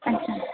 अच्छा